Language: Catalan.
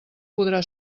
podrà